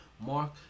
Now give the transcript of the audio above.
Mark